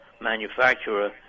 manufacturer